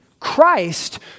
Christ